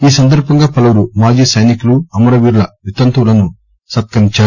ఈసందర్భంగా పలువురు మాజీ సైనికులు అమరవీరుల వితంతువులను సత్కరించారు